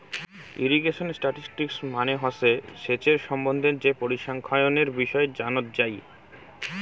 irrigation statistics মানে হসে সেচের সম্বন্ধে যে পরিসংখ্যানের বিষয় জানত যাই